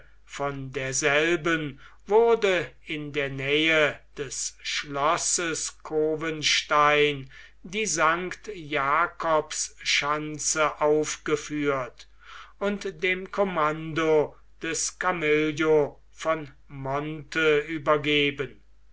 von derselben wurde in der nähe des schlosses cowenstein die st jakobs schanze aufgeführt und dem kommando des camillo von monte übergeben